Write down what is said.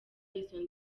izo